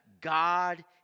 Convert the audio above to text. God